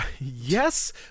Yes